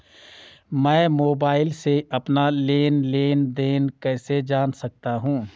मैं मोबाइल से अपना लेन लेन देन कैसे जान सकता हूँ?